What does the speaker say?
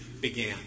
began